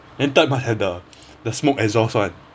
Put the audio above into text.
then third must have the the smoke exhaust [one]